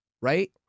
right